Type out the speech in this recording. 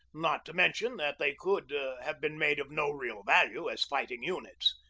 not to mention that they could have been made of no real value as fight ing units.